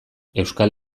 euskal